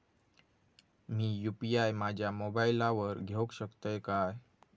मी UPI माझ्या मोबाईलावर घेवक शकतय काय?